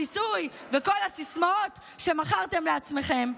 השיסוי וכל הסיסמאות שמכרתם לעצמכם,